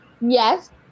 Yes